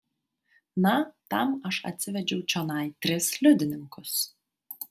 na tam aš atsivedžiau čionai tris liudininkus